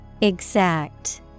exact